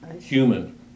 human